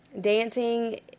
Dancing